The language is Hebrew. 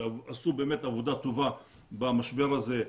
שעשו באמת עבודה טובה במשבר הזה,